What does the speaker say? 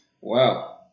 Wow